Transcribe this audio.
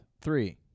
Three